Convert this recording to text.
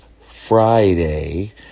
Friday